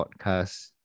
podcast